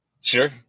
Sure